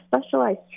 specialized